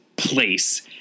place